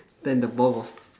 then the ball wa~